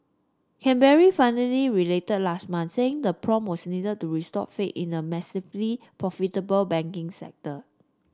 Canberra finally relented last month saying the probe was needed to restore faith in the massively profitable banking sector